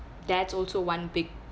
that's also one big